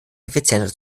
effizienter